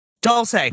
Dulce